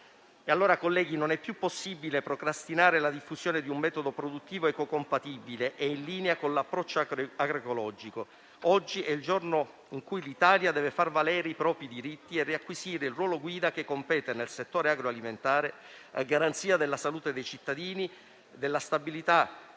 possibile, colleghi, a questo punto, procrastinare la diffusione di un metodo produttivo compatibile ed in linea con l'approccio agroecologico. Oggi è il giorno in cui l'Italia deve far valere i propri diritti ed acquisire il ruolo guida che le compete nel settore agroalimentare a garanzia della salute dei cittadini, della stabilità